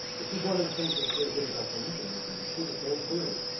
this is one of the things that's very good about the lincoln movie, you see this very clearly.